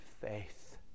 faith